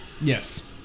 Yes